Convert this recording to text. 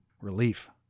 relief